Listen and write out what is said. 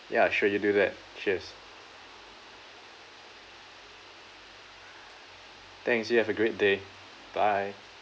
ya sure you do that cheers thanks you have a great day bye